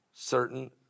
certain